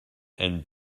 and